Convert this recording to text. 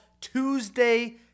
tuesday